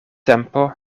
tempo